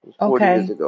okay